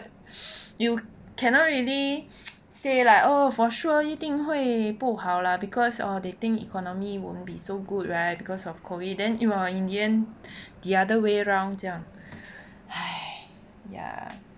you cannot really say like oh for sure 一定会不好 lah because they think economy won't be so good right because of COVID then !wah! in the end the other way round 这样 ya